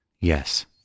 Yes